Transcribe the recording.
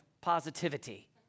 positivity